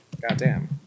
Goddamn